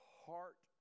heart